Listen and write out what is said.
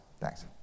Thanks